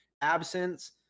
absence